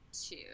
two